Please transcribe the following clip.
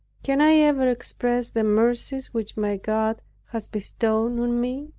can i ever express the mercies which my god has bestowed on me?